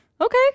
Okay